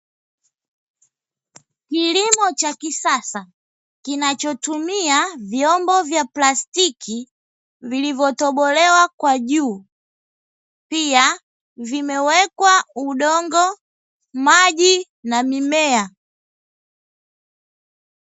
Kilimo cha kisasa kinachotumia vyombo vya plastiki vilivyotobolewa kwa juu pia vimewekwa udongo, maji na mimea.